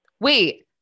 Wait